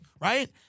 right